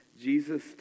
Jesus